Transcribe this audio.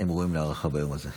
הם ראויים להערכה ביום הזה.